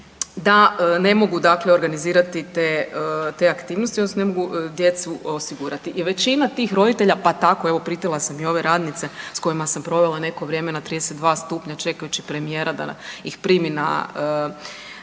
da ne mogu organizirati te aktivnosti odnosno ne mogu djecu osigurati. I većina tih roditelja pa tako i pitala sam i ove radnice s kojima sam provela neko vrijeme na 32 stupnja čekajući premijera da ih primi na